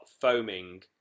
foaming